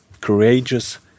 courageous